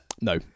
No